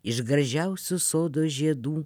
iš gražiausių sodo žiedų